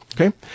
Okay